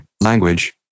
language